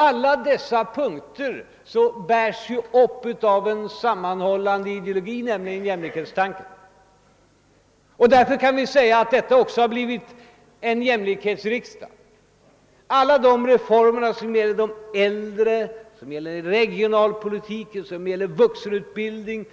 Alla dessa punkter bärs upp av en sammanhållande ideologi, nämligen jämlikhetstanken. Därför kan vi säga att denna riksdag också har blivit en jämlikhetsriksdag. Alla de reformer som gäller de äldre, regionalpolitiken, vuxenutbildningen